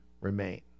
remain